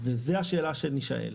וזו השאלה שנישאל.